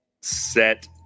set